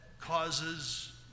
causes